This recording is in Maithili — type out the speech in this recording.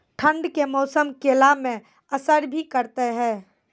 ठंड के मौसम केला मैं असर भी करते हैं?